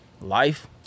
life